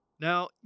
Now